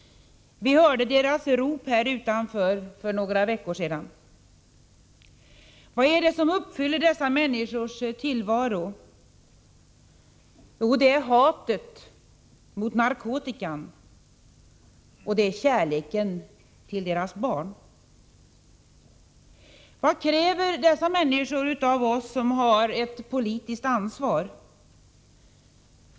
Vi hörde deras rop här utanför för några veckor sedan. Vad är det som dominerar dessa människors tillvaro? Jo, det är hatet mot narkotikan, och det är kärleken till deras barn. Vad kräver dessa människor av oss som har ett politiskt ansvar?